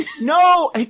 No